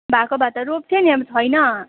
भएको भए त रोप्थेँ नि अब छैन